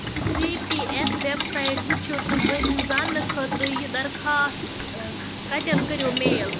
C P S website وٕچھِو تہٕ زانٛنہٕ خٲطرٕ یہِ درخواست کتٮ۪ن کٔرِو میل